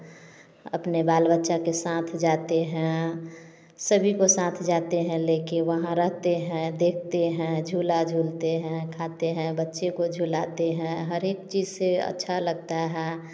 अपने बाल बच्चों के साथ जाते हैं सभी को साथ जाते हैं ले कर वहाँ रहते हैं देखते हैं झूला झूलते हैं खाते हैं बच्चे को जो झुलाते हैं हर एक चीज़ से अच्छा लगता है